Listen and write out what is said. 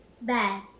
bad